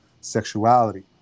sexuality